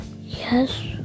Yes